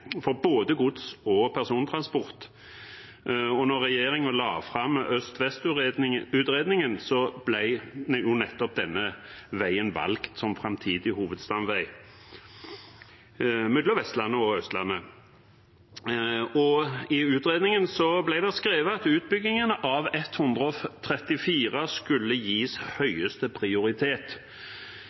for både gods- og persontransport, og da regjeringen la fram øst–vest-utredningen, ble jo nettopp denne veien valgt som framtidig hovedstamvei mellom Vestlandet og Østlandet. I utredningen ble det skrevet at utbyggingen av E134 skulle gis høyeste prioritet.